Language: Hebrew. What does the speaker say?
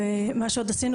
ומה שעוד עשינו,